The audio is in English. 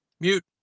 Mute